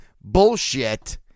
bullshit